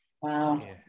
Wow